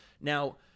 Now